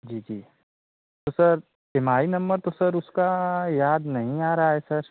जी जी तो sir M I number तो सर उसका याद नहीं आ रहा है सर